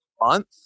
month